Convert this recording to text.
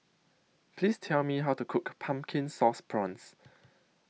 Please Tell Me How to Cook Pumpkin Sauce Prawns